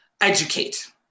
educate